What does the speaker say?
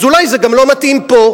אז אולי זה גם לא מתאים פה.